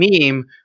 meme